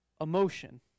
emotion